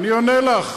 אני עונה לך.